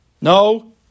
No